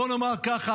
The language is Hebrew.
בואו נאמר ככה,